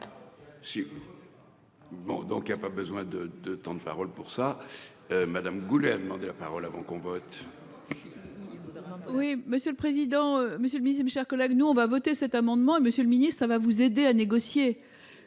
donc il y a pas besoin de de temps de parole pour ça. Madame Goulet a demandé la parole, avant qu'on vote. Oui, monsieur le président, Monsieur le millésime, chers collègues, nous on va voter cet amendement et Monsieur le Ministre, ça va vous aider à négocier.